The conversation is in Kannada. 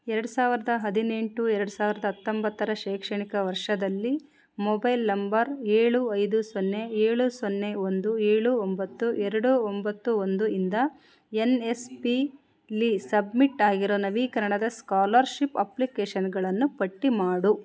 ಎರಡು ಸಾವಿರದ ಹದಿನೆಂಟು ಎರಡು ಸಾವಿರದ ಹತ್ತೊಂಬತ್ತರ ಶೈಕ್ಷಣಿಕ ವರ್ಷದಲ್ಲಿ ಮೊಬೈಲ್ ನಂಬರ್ ಏಳು ಐದು ಸೊನ್ನೆ ಏಳು ಸೊನ್ನೆ ಒಂದು ಏಳು ಒಂಬತ್ತು ಎರಡು ಒಂಬತ್ತು ಒಂದು ಇಂದ ಎನ್ ಎಸ್ ಪಿಲಿ ಸಬ್ಮಿಟ್ ಆಗಿರೋ ನವೀಕರಣದ ಸ್ಕಾಲರ್ ಶಿಪ್ ಅಪ್ಲಿಕೇಷನ್ಗಳನ್ನು ಪಟ್ಟಿ ಮಾಡು